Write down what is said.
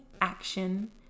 action